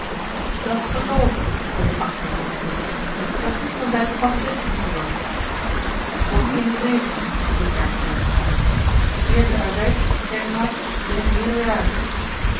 gezegd dat's gelogen klonk het achter hem van de punt voorgisteren zijt ge pas zestien geworden toch in de zeventien hield jacob jansz staande en eer gij daar zijt gerritmaat ben ik meerderjarig